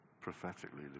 prophetically